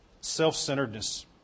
Self-centeredness